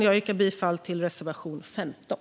Jag yrkar bifall till reservation 15.